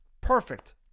Perfect